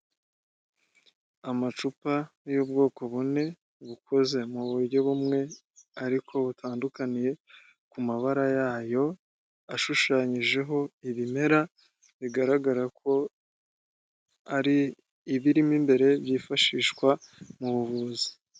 Amacupa y'ubwoko bune bukoze mu buryo bumwe ariko butandukaniye ku mabara yayo, ashushanyijeho ibimera bigaragara ko ari ibirimo imbere byifashishwa mu buvuzi.